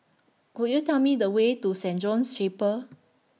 Could YOU Tell Me The Way to Saint John's Chapel